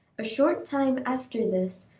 a short time after this,